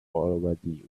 already